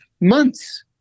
months